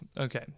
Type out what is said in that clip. Okay